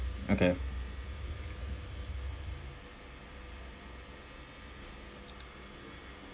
okay